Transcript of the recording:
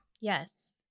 Yes